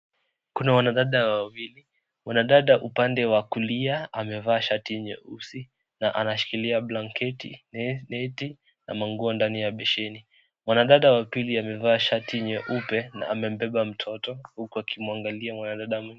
Kuna wanadada wawili. Mwanadada upande wa kulia amevaa shati nyeusi na anashikilia blanketi , neti na manguo ndani ya besheni. Mwanadada wa pili amevaa shati nyeupe na amembeba mtoto huku akimwangalia mwanadada mwingine.